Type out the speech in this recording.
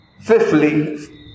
fifthly